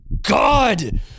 God